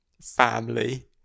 family